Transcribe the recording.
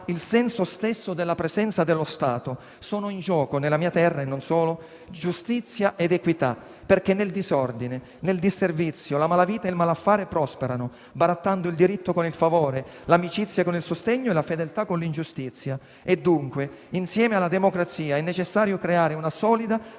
dal senso stesso della presenza dello Stato. Sono in gioco, nella mia terra e non solo, giustizia ed equità, perché nel disordine e nel disservizio la malavita e il malaffare prosperano, barattando il diritto con il favore, l'amicizia con il sostegno e la fedeltà con l'ingiustizia. Dunque, insieme alla democrazia è necessario creare una solida